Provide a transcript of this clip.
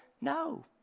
No